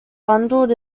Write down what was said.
bundled